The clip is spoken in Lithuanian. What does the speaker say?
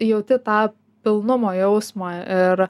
jauti tą pilnumo jausmą ir